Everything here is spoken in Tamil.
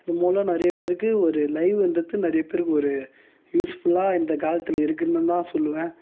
இது மூலம் நிறைய பேருக்கு ஒரு லைவ்ன்றது நிறைய பேருக்கு ஒரு யூஸ்ஃபுல்லா இந்த காலத்தில் இருக்குதுனு தான் சொல்லுவேன்